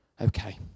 okay